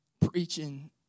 preaching